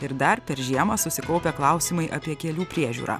ir dar per žiemą susikaupę klausimai apie kelių priežiūrą